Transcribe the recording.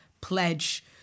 pledge